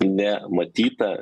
ne matytą